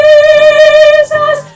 Jesus